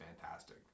Fantastic